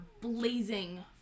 blazing